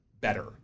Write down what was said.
better